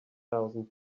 thousand